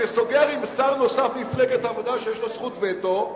שסוגר עם שר נוסף ממפלגת העבודה שיש לו זכות וטו,